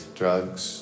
drugs